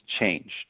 changed